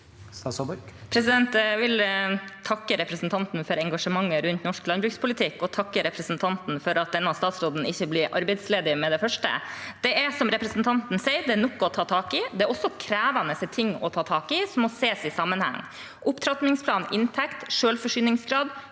Jeg vil takke re- presentanten for engasjementet rundt norsk landbrukspolitikk og takke representanten for at denne statsråden ikke blir arbeidsledig med det første. Det er, som representanten sier, nok å ta tak i. Det er også krevende ting å ta tak i, og de må ses i sammenheng: opptrappingsplan, inntekt, selvforsyningsgrad,